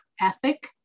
ethic